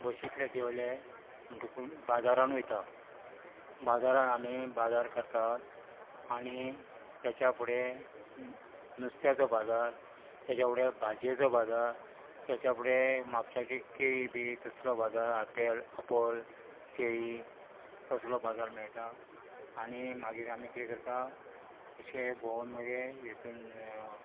बशींतले देंवले म्हणटकूच बाजारांत वयता बाजारांत आमी बाजार करतात आनी तेच्या फुडें नुस्त्याचो बाजार तेज्या फुडें भाज्येचो बाजार तेच्या फुडें म्हापश्याचीं केळीं बी तसलो बाजार आपोल केळीं तसलो बाजार मेळटा आनी मागीर आमी कितें करता अशें भोंवन मागीर इतून